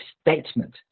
statement